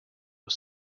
was